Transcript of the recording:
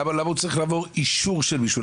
למה הוא צריך לעבור אישור של מישהו?